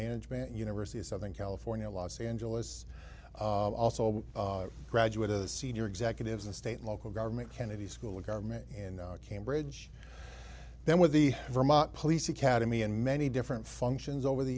management university of southern california los angeles also graduate of the senior executives of state local government kennedy school of government in cambridge then with the vermont police academy and many different functions over the